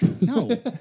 No